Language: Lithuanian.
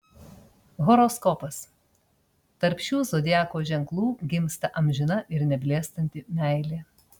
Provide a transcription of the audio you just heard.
horoskopas tarp šių zodiako ženklų gimsta amžina ir neblėstanti meilė